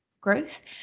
growth